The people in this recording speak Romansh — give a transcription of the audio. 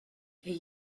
igl